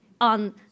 on